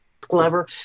Clever